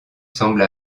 semble